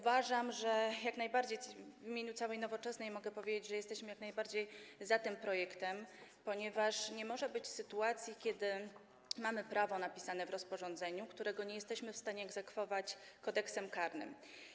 W imieniu całej Nowoczesnej mogę powiedzieć, że jesteśmy jak najbardziej za tym projektem, ponieważ nie może być sytuacji, że mamy prawo zawarte w rozporządzeniu, którego nie jesteśmy w stanie egzekwować Kodeksem karnym.